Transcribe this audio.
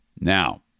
Now